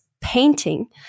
painting